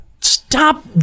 Stop